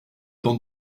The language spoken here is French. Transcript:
dent